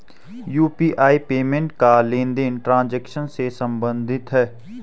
UPI payment का लेनदेन transaction से सम्बंधित है